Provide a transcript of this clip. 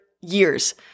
years